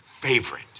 favorite